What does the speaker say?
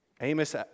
Amos